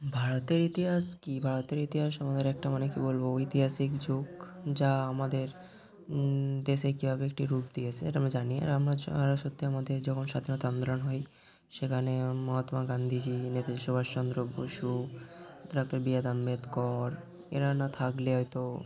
ভারতের ইতিহাস কী ভারতের ইতিহাস আমাদের একটা মানে কী বলব ঐতিহাসিক যুগ যা আমাদের দেশে কীভাবে একটি রূপ দিয়েছে এটা আমরা জানি আর আমরা আর সত্যি আমাদের যখন স্বাধীনতা আন্দোলন হয় সেখানে মহাত্মা গান্ধীজি নেতাজি সুভাষচন্দ্র বসু বিআর আম্বেদকর এরা না থাকলে হয়তো